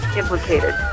implicated